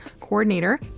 coordinator